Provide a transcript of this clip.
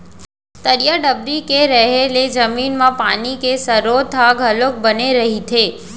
तरिया डबरी के रहें ले जमीन म पानी के सरोत ह घलोक बने रहिथे